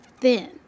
thin